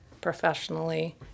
professionally